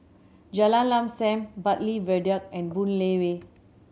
Jalan Lam Sam Bartley Viaduct and Boon Lay Way